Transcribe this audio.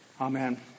Amen